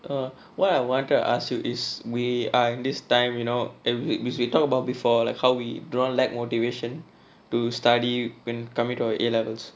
err what I wanted to ask you is we are in this time you know and we talked about before like how we draw like motivation to study and commit or A levels